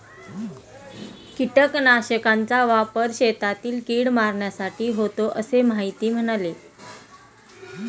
कीटकनाशकांचा वापर शेतातील कीड मारण्यासाठी होतो असे मोहिते म्हणाले